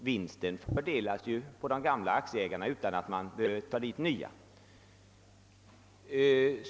Vinsten fördelas ju på de gamla aktieägarna i företaget utan att man behöver föra dit nya.